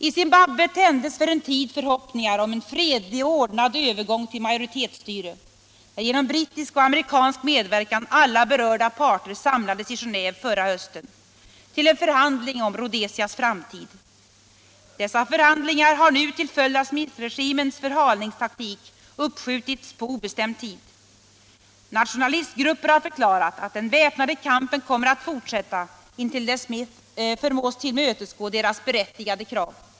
I Zimbabwe tändes för en tid förhoppningar om en fredlig och ordnad övergång till majoritetsstyre, när genom brittisk och amerikansk medverkan alla berörda parter samlades i Genéve förra hösten till en förhandling om Rhodesias framtid. Dessa förhandlingar har nu till följd av Smithregimens förhalningstaktik uppskjutits på obestämd tid. Nationalistgrupperna har förklarat att den väpnade kampen kommer att fortsätta intill dess Smith förmås tillmötesgå deras berättigade krav.